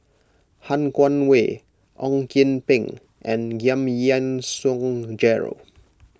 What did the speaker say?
Han Guangwei Ong Kian Peng and Giam Yean Song Gerald